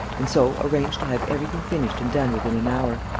and so arrange to have everything finished and done with in an hour.